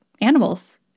animals